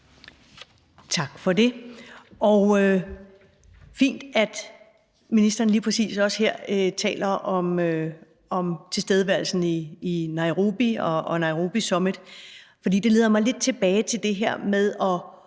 Tak for det. Det er fint, at ministeren lige præcis også her taler om tilstedeværelsen i Nairobi og Nairobi Summit, for det leder mig lidt tilbage til det her med at